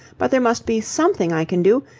but there must be something i can do,